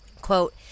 quote